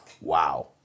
wow